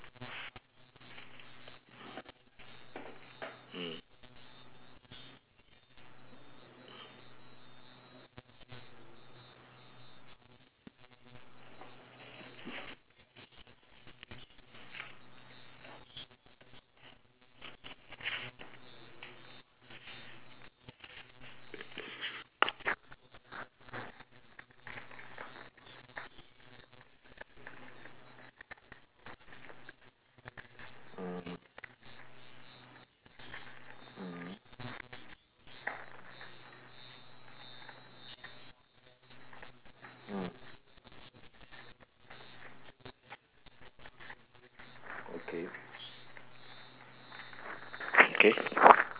mm mm mmhmm mm okay